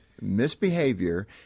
misbehavior